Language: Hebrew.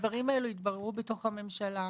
הדברים האלו התבררו בתוך הממשלה.